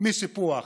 מסיפוח